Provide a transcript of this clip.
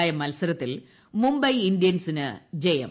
രായ മത്സരത്തിൽ മുംബൈ ഇന്ത്യൻസിന് ജയം